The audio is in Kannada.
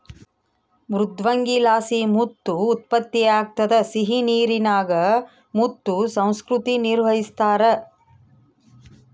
ಮೃದ್ವಂಗಿಲಾಸಿ ಮುತ್ತು ಉತ್ಪತ್ತಿಯಾಗ್ತದ ಸಿಹಿನೀರಿನಾಗ ಮುತ್ತು ಸಂಸ್ಕೃತಿ ನಿರ್ವಹಿಸ್ತಾರ